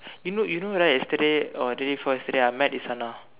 you know you know right yesterday or the day before yesterday I met Isana